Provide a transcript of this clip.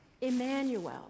Emmanuel